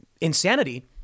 insanity